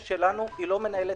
עסקים,